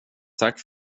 tack